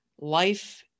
life